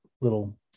little